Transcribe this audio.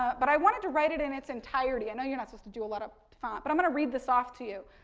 but, i wanted to write it in its entirety, i know you're not supposed to do a lot ah of prompt. but, i'm going to read this off to you.